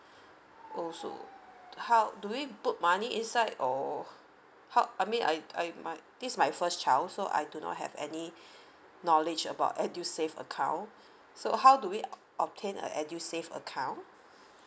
oh so how do we put money inside or how I mean I I my this my first child so I do not have any knowledge about edusave account so how do we obtain a edusave account